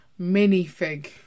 Minifig